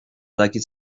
dakit